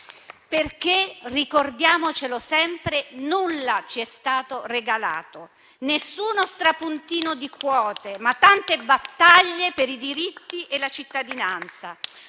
perché - ricordiamocelo sempre - nulla ci è stato regalato, nessuno strapuntino di quote, ma tante battaglie per i diritti e la cittadinanza.